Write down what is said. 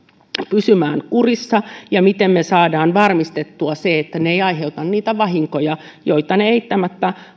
pysymään kurissa ja miten me saamme varmistettua sen että ne eivät aiheuta niitä vahinkoja joita ne eittämättä